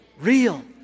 Real